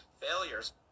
failures